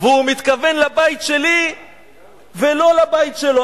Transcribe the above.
והוא מתכוון לבית שלי ולא לבית שלו.